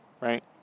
right